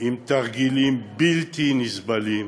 עם תרגילים בלתי נסבלים,